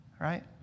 right